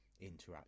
interact